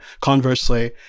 conversely